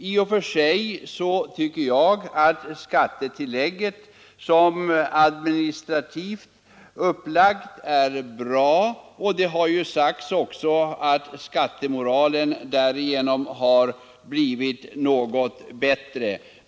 I och för sig tycker jag att skattetillägget såsom det administrativt är upplagt är bra. Det har ju också sagts att skattemoralen tack vare skattetillägget har blivit något bättre.